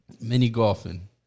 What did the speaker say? Mini-golfing